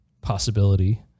possibility